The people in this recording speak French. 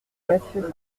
monsieur